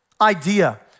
idea